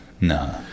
No